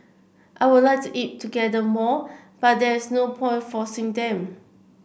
I would like to eat together more but there is no point forcing them